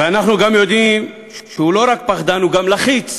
ואנחנו גם יודעים שהוא לא רק פחדן, הוא גם לחיץ,